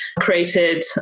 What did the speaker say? created